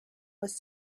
was